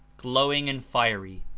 glowing and fiery.